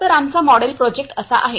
तर आमचा model project असा आहे